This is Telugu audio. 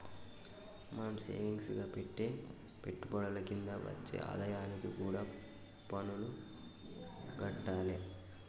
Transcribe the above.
మనం సేవింగ్స్ గా పెట్టే పెట్టుబడుల కింద వచ్చే ఆదాయానికి కూడా పన్నులు గట్టాలే